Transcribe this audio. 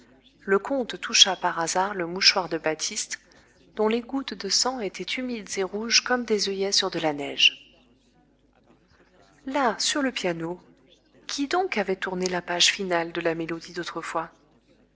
le comte toucha par hasard le mouchoir de batiste dont les gouttes de sang étaient humides et rouges comme des œillets sur de la neige là sur le piano qui donc avait tourné la page finale de la mélodie d'autrefois